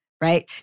right